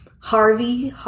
Harvey